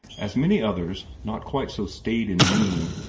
as many others, not quite so staid in mien,